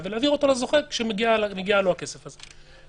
ולהעביר אותו לזוכה שמגיע לו הכסף הזה.